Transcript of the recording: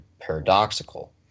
paradoxical